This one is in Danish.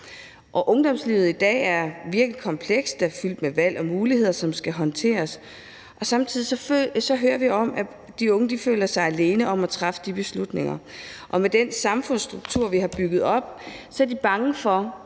Ungdomslivet i dag er virkelig komplekst og fyldt med valg og muligheder, som skal håndteres, og samtidig hører vi om, at de unge føler sig alene om at træffe de beslutninger, og med den samfundsstruktur, vi har bygget op, er de bange for,